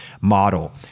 model